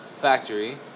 factory